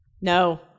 no